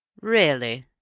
really?